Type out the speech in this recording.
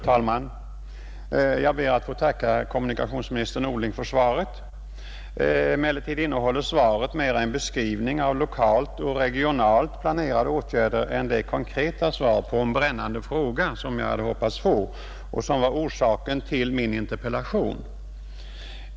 Fru talman! Jag ber att få tacka kommunikationsminister Norling för svaret. Emellertid innehåller detta mera en beskrivning av lokalt och regionalt planerade åtgärder än det konkreta svar på en brännande fråga som jag hade hoppats få och som var orsaken till min interpellation.